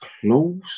close